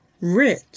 rich